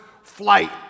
Flight